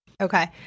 Okay